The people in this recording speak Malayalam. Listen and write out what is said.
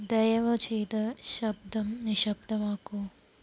ദയവ് ചെയ്ത് ശബ്ദം നിശബ്ദമാക്കൂ